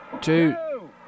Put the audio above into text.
two